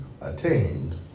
attained